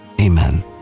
Amen